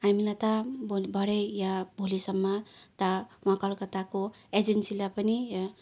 हामीलाई त भयो भरे या भोलिसम्म त वा कलकत्ताको एजेन्सीलाई पनि